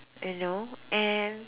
you know and